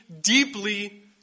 deeply